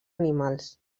animals